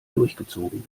durchgezogen